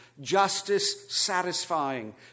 justice-satisfying